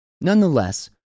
Nonetheless